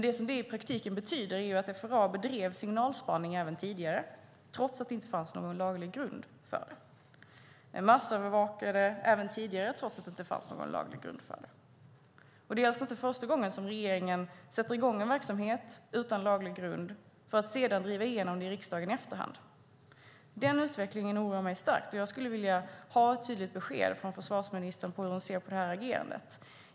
Det som det i praktiken betyder är att FRA bedrev signalspaning även tidigare trots att det inte fanns någon laglig grund för det. Man massövervakade även tidigare trots att det inte fanns någon laglig grund för det. Det är alltså inte första gången som regeringen sätter i gång en verksamhet utan laglig grund för att sedan driva igenom det i riksdagen i efterhand. Den utvecklingen oroar mig starkt. Jag skulle vilja ha ett tydligt besked från försvarsministern på hur hon ser på detta agerande.